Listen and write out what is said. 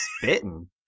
spitting